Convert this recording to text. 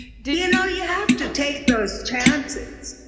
you you know, you have to take those chances.